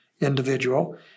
individual